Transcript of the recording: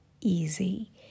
easy